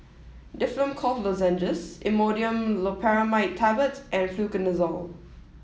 Difflam Cough Lozenges Imodium Loperamide Tablets and Fluconazole